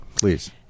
please